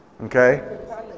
Okay